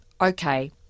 Okay